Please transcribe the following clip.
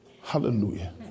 Hallelujah